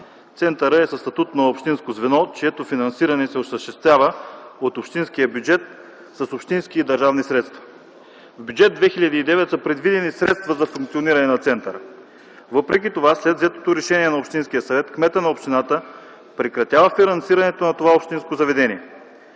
Центърът е със статут на общинско звено, чието финансиране се осъществява от общинския бюджет – с общински и държавни средства. В Бюджет 2009 са предвидени средства за функциониране на центъра. Въпреки това, след взетото решение на Общинския съвет кметът на общината прекратява финансирането на това общинско заведение.